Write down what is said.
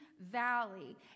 valley